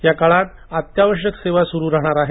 या काळात अत्यावश्यक सेवा सुरू राहणार आहेत